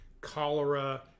cholera